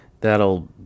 That'll